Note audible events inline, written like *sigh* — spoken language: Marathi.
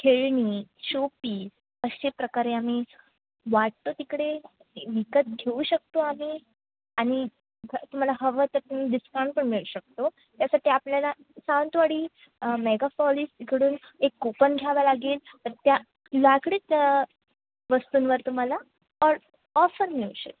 खेळणी शोपीस अशाप्रकारे आम्ही वाटतो तिकडे विकत घेऊ शकतो आम्ही आणि तुम्हाला हवं तर तुम्ही डिस्काउंट पण मिळू शकतो त्यासाठी आपल्याला सावंतवाडी मेगा *unintelligible* इकडून एक कूपन घ्यावं लागेल तर त्या लाकडीच वस्तूंवर तुम्हाला ऑर ऑफर मिळू शक